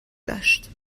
داشت